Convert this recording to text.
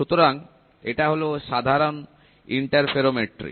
সুতরাং এটা হলো সাধারণ ইন্টারফেরোমেট্রি